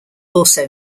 also